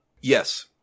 Yes